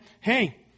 hey